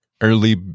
early